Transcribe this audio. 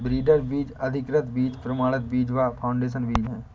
breeder बीज, अधिकृत बीज, प्रमाणित बीज व फाउंडेशन बीज है